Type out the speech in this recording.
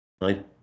right